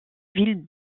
villes